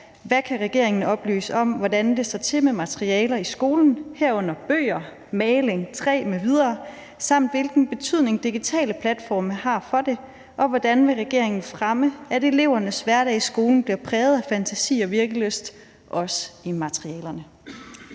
Hvad kan regeringen oplyse om, hvordan det står til med materialer i skolen, herunder bøger, maling, træ m.v., samt hvilken betydning digitale platforme har for det, og hvordan vil regeringen fremme, at elevernes hverdag i skolen bliver præget af fantasi og virkelyst, også i materialerne?